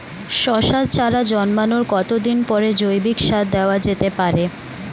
শশার চারা জন্মানোর কতদিন পরে জৈবিক সার দেওয়া যেতে পারে?